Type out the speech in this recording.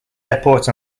airport